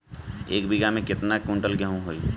एक बीगहा में केतना कुंटल गेहूं होई?